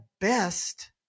best